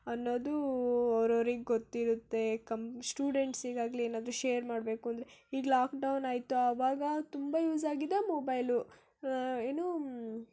ಅನ್ನೋದು ಅವ್ರವ್ರಿಗೆ ಗೊತ್ತಿರುತ್ತೆ ಕಂ ಸ್ಟುಡೆಂಟ್ಸಿಗಾಗಲಿ ಏನಾದ್ರೂ ಶೇರ್ ಮಾಡಬೇಕು ಅಂದರೆ ಈಗ ಲಾಕ್ಡೌನ್ ಆಯಿತು ಅವಾಗ ತುಂಬ ಯೂಸ್ ಆಗಿದ್ದೇ ಮೊಬೈಲು ಏನು